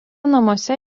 namuose